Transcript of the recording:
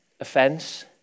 Offense